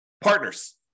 Partners